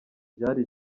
byari